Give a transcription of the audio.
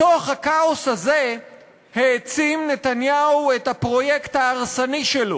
בתוך הכאוס הזה העצים נתניהו את הפרויקט ההרסני שלו: